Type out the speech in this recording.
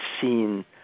seen